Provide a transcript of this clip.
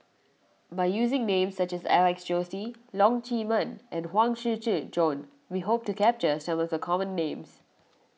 by using names such as Alex Josey Leong Chee Mun and Huang Shiqi Joan we hope to capture some of the common names